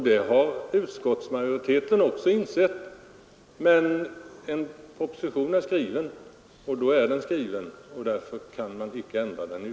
Det har utskottsmajoriteten också insett. Men propositionen är skriven, och den kan utskottet tydligen inte ändra i.